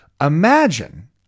Imagine